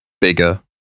bigger